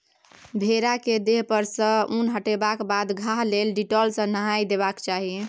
भेड़ा केर देह पर सँ उन हटेबाक बाद घाह लेल डिटोल सँ नहाए देबाक चाही